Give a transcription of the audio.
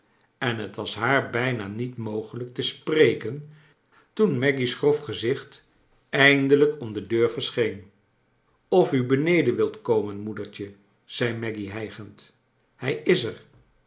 en het was haar bijna niet mogelifk te spreken toen maggy's grof gezicht eindelijk om de deur verscheen j of u beneden wilt komen moedertje zei maggy hijgend hij is er